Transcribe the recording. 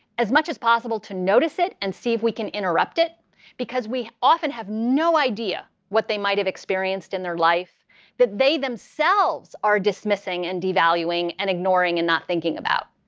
as much as possible to notice it and see if we can interrupt it because we often have no idea what they might have experienced in their life that they themselves are dismissing, and devaluing, and ignoring and not thinking about.